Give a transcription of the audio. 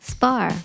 Spar